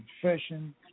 confession